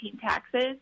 taxes